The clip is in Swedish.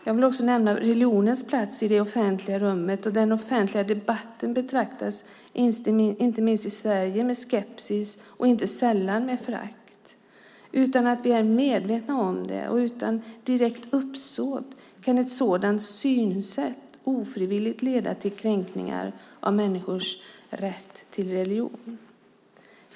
Jag vill också nämna religionens plats i det offentliga rummet. I den offentliga debatten betraktas religionen inte minst i Sverige med skepsis och inte sällan med förakt. Utan att vi är medvetna om det och utan direkt uppsåt kan ett sådant synsätt ofrivilligt leda till kränkningar av människors rätt till religion.